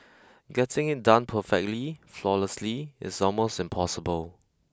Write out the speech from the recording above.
getting it done perfectly flawlessly is almost impossible